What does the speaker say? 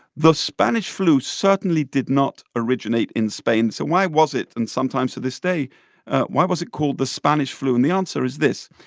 the spanish flu certainly did not originate in spain. so why was it, and sometimes to this day why was it called the spanish flu? and the answer is this.